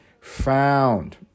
found